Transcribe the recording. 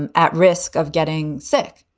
and at risk of getting sick